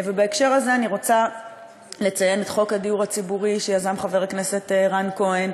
ובהקשר הזה אני רוצה לציין את חוק הדיור הציבורי שיזם חבר הכנסת רן כהן,